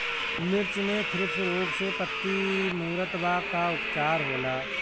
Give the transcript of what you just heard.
मिर्च मे थ्रिप्स रोग से पत्ती मूरत बा का उपचार होला?